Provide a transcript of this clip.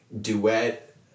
duet